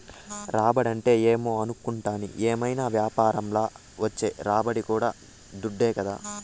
రాబడంటే ఏమో అనుకుంటాని, ఏవైనా యాపారంల వచ్చే రాబడి కూడా దుడ్డే కదా